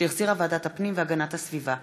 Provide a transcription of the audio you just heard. שהחזירה ועדת הפנים והגנת הסביבה,